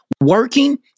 working